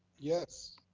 yes.